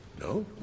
No